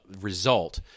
result